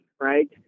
right